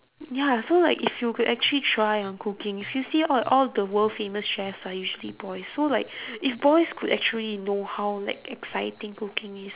ya so like if you could actually try on cooking if you see all all the world-famous chefs are usually boys so like if boys could actually know how like exciting cooking is